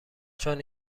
چون